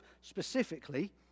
specifically